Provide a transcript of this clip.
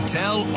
tell